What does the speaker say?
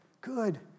good